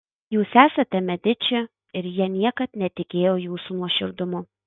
jūs esate mediči ir jie niekad netikėjo jūsų nuoširdumu